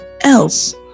Else